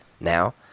now